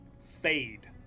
fade